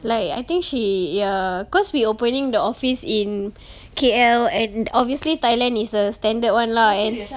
like I think she ya cause we opening the office in K_L and obviously thailand is a standard [one] lah a